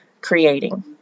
creating